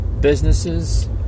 businesses